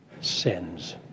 sins